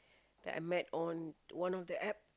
that I met on one of the App